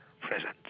present